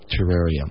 Terrarium